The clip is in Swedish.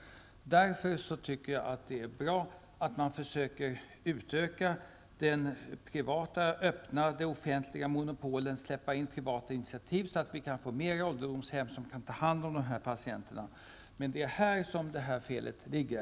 Jag tycker därför att det är bra att man försöker utöka det privata, öppna det offentliga monopolet och släppa in privata initiativ så att vi kan få fler ålderdomshem som kan ta hand om dessa patienter. Det är alltså här felet ligger.